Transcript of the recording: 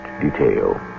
detail